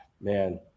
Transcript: Man